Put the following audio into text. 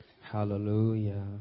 Hallelujah